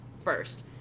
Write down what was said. first